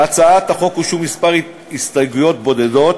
להצעת החוק הוגשו הסתייגויות בודדות,